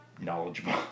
knowledgeable